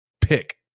pick